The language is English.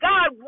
God